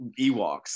Ewoks